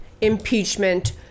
impeachment